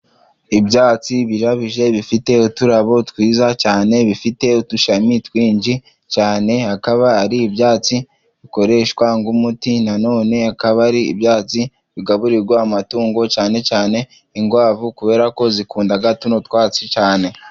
Ibyatsi birabije, bifite uturabo twiza cyane, bifite udushami twinshi cyane, akaba ari ibyatsi bikoreshwa nk'umuti na none akaba ari ibyatsi bigaburirwa amatungo cyane cyane inkwavu, kubera ko zikunda tuno twatsi cyane.